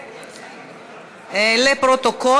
לפרוטוקול,